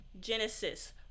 Genesis